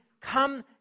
come